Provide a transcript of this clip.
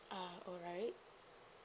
ah alright